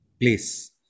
place